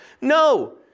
No